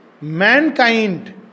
mankind